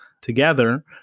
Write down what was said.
together